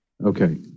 Okay